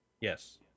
Yes